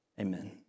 Amen